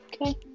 Okay